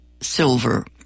silver